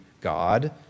God